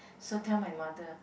so tell my mother